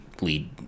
lead